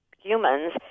humans